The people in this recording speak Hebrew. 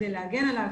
כדי להגן עליו,